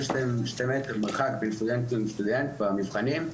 של שני מטר בין סטודנט לסטודנט במבחנים,